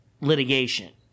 litigation